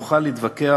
נוכל להתווכח,